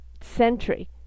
century